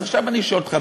אז עכשיו אני שואל אותך,